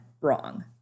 wrong